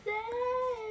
Say